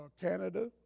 Canada